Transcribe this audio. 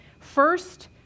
First